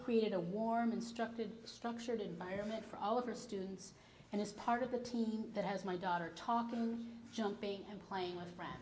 create a warm instructed structured environment for all of her students and it's part of the team that has my daughter talking jumping and plain w